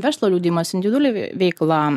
verslo liudijimas individuali veikla